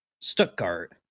stuttgart